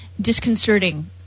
disconcerting